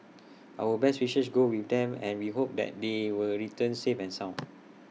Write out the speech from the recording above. our best wishes go with them and we hope that they will return safe and sound